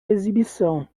exibição